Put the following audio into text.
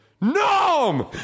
NOM